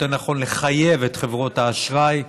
יותר נכון לחייב את חברות האשראי,